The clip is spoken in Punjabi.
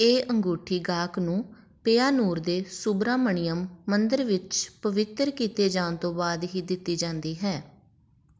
ਇਹ ਅੰਗੂਠੀ ਗਾਹਕ ਨੂੰ ਪੇਯਾਨੂਰ ਦੇ ਸੁਬਰਾਮਣੀਅਮ ਮੰਦਰ ਵਿੱਚ ਪਵਿੱਤਰ ਕੀਤੇ ਜਾਣ ਤੋਂ ਬਾਅਦ ਹੀ ਦਿੱਤੀ ਜਾਂਦੀ ਹੈ